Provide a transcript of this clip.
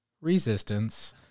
resistance